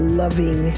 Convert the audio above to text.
loving